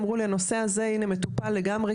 אמרו לי הנושא הזה הנה הוא מטופל לגמרי,